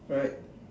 right